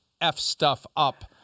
F-stuff-up